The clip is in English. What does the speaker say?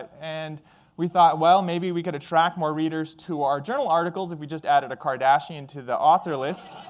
and we thought, well, maybe we could attract more readers to our journal articles if we just added a kardashian to the author list.